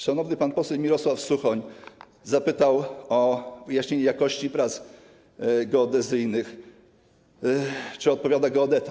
Szanowny pan poseł Mirosław Suchoń zapytał o wyjaśnienie dotyczące jakości prac geodezyjnych, czy odpowiada za to geodeta.